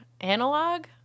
analog